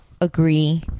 agree